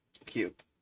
Cute